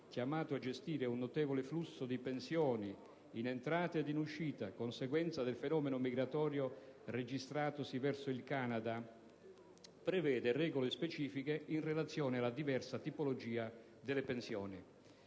chiamato a gestire un notevole flusso di pensioni in entrata ed in uscita, conseguenza del fenomeno migratorio registratosi verso il Canada), prevede regole specifiche in relazione alla diversa tipologia di pensioni.